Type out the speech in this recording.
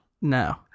No